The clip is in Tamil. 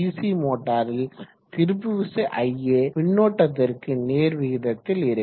சி மோட்டாரில் திருப்பு விசை ia மின்னோட்டத்திற்கு நேர் விகிதத்தில் இருக்கும்